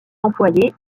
employé